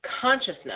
consciousness